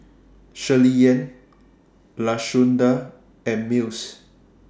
Shirleyann Lashunda and Mills